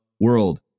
world